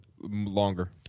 Longer